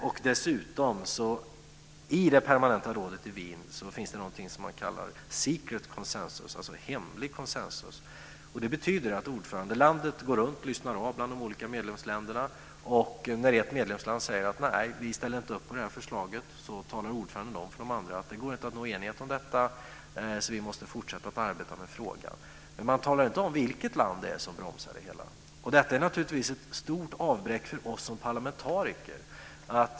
I det permanenta rådet i Wien finns det någonting som man kallar secret consensus, alltså hemlig konsensus, och det betyder att ordförandelandet går runt och lyssnar av bland de olika medlemsländerna. När ett medlemsland säger att man inte ställer upp på ett förslag talar ordföranden om för de andra att det inte går att nå enighet om förslaget utan att man måste fortsätta arbeta med frågan. Men man talar inte om vilket land som bromsar det hela. Detta är naturligtvis ett stort avbräck för oss som parlamentariker.